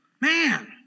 Man